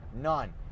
None